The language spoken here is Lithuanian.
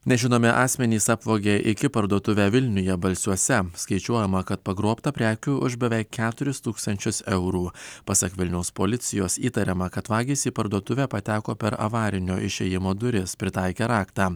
nežinomi asmenys apvogė iki parduotuvę vilniuje balsiuose skaičiuojama kad pagrobta prekių už beveik keturis tūkstančius eurų pasak vilniaus policijos įtariama kad vagys į parduotuvę pateko per avarinio išėjimo duris pritaikę raktą